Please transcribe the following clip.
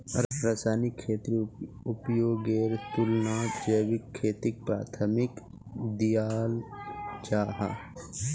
रासायनिक खेतीर उपयोगेर तुलनात जैविक खेतीक प्राथमिकता दियाल जाहा